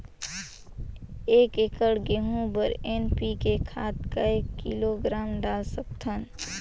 एक एकड़ गहूं बर एन.पी.के खाद काय किलोग्राम डाल सकथन?